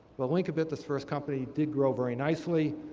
well, linkabit, this first company did grow very nicely.